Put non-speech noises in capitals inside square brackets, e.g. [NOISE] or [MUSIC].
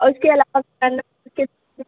और उसके अलावा [UNINTELLIGIBLE]